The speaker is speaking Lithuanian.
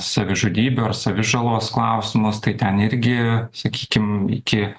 savižudybių ir savižalos klausimus tai ten irgi sakykim iki